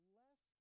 less